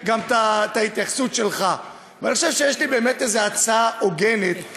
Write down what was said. אבל חייבים באמת להתייחס לשתי נקודות שעלו כאן.